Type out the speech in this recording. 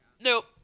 Nope